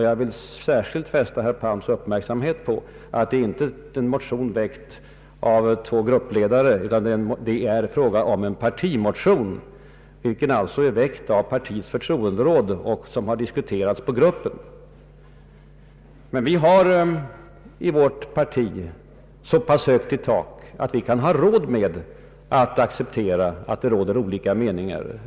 Jag vill särskilt fästa herr Palms uppmärksamhet på att det inte är en motion väckt av två gruppledare, utan det är fråga om en partimotion, utarbetad av partiets förtroenderåd och diskuterad på partiets riksdagsgrupp. Men vi har i vårt parti så pass högt i tak att vi har råd att acceptera olika meningar.